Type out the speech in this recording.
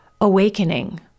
awakening